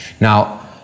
Now